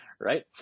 right